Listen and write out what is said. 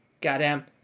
Goddamn